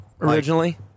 originally